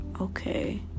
Okay